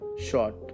short